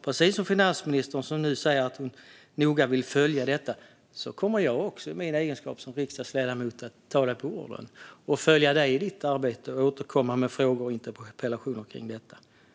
Då finansministern nu säger att hon vill följa detta noga kommer jag i egenskap av riksdagsledamot att ta henne på orden och följa henne i hennes arbete och återkomma med frågor och interpellationer om detta.